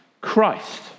Christ